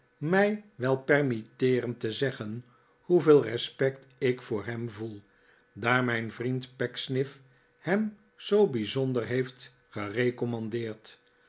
mij wel permitteeren te zeggen hoeveel respect ik voor hem voel daar mijn vriend pecksniff hem zoo bijzonder heeft